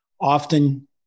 often